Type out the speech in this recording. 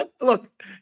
look